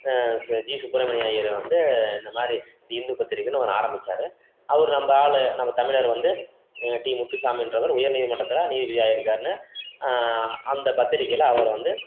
G Subramania Iyer வந்து இந்த மாதிரி தி இந்து பத்திரிகைனு ஒன்று ஆரம்பித்தாரு அவர் நம்ப ஆள் நம்ம தமிழர் வந்து டி முத்துசாமின்றவர் உயர்நீதி மன்றத்தில் நீதிபதியாக இருக்காருன்னு அந்த பத்திரிக்கையில் அவரை வந்து